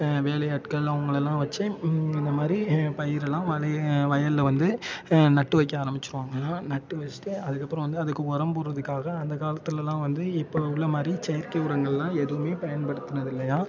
வேலையாட்கள் அவங்களெல்லாம் வெச்சு இந்த மாதிரி பயிர் எல்லாம் வலைய வயலில் வந்து நட்டு வைக்க ஆரம்பிச்சிடுவாங்களாம் நட்டு வெச்சுட்டு அதுக்கப்புறம் வந்து அதுக்கு உரம் போடுறதுக்காக அந்த காலத்திலெல்லாம் வந்து இப்போ உள்ள மாதிரி செயற்கை உரங்கள்லாம் எதுவுமே பயன்படுத்தினது இல்லையாம்